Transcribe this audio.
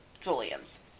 Julian's